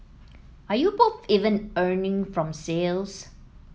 are you both even earning from sales